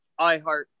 iHeart